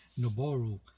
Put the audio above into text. Noboru